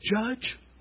Judge